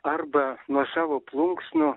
arba nuo savo plunksnų